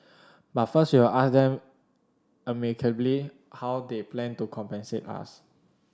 but first we will ask them amicably how they plan to compensate us